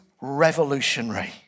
revolutionary